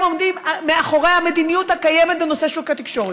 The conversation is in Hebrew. עומדים מאחורי המדיניות הקיימת בנושא שוק התקשורת.